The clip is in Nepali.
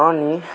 अनि